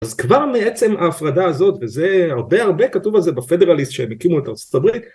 אז כבר מעצם ההפרדה הזאת, וזה הרבה הרבה כתוב על זה בפדרליסט כשהם הקימו את ארצות הברית